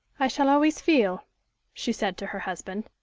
i shall always feel she said to her husband,